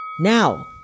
Now